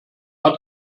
hat